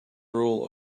rule